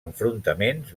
enfrontaments